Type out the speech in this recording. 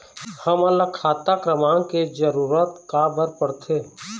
हमन ला खाता क्रमांक के जरूरत का बर पड़थे?